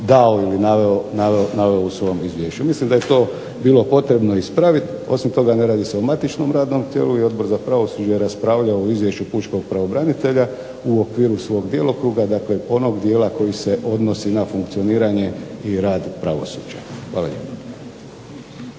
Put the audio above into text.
dao ili naveo u svom izvješću. Mislim da je to bilo potrebno ispraviti. Osim toga ne radi se o matičnom radom tijelu i Odbor za pravosuđe je raspravljao o Izvješću pučkog pravobranitelja u okviru svog djelokruga, dakle onog dijela koji se odnosi na funkcioniranje i rad pravosuđa. Hvala lijepo.